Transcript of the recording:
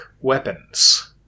weapons